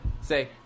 Say